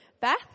Beth